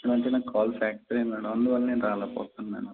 అంటే నా కాలు ఫ్రాక్చర్ అయింది మేడం అందువల్ల నేను రాలేకపోతున్నాను మేడం